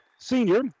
Senior